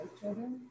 children